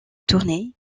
tournée